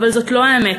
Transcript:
אבל זאת לא האמת.